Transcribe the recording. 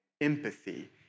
empathy